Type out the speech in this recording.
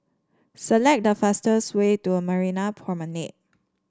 select the fastest way to Marina Promenade